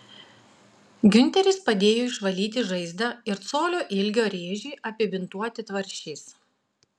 giunteris padėjo išvalyti žaizdą ir colio ilgio rėžį apibintuoti tvarsčiais